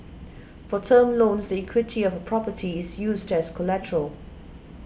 for term loans the equity of a property is used as collateral